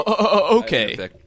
Okay